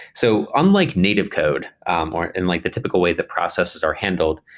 so unlike native code um or in like the typical way that processes are handled,